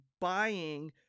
buying